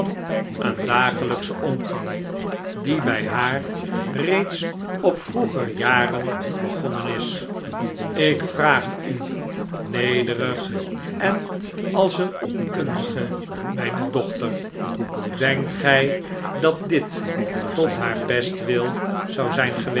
een dagelijkschen omgang die bij haar reeds op vroeger jaren begonnen is ik vraag u nederig en als een onkundige mijne dochter denkt gij dat dit tot haar bestwil zou zijn